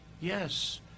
Yes